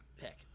pick